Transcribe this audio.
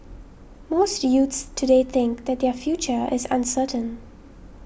most youths today think that their future is uncertain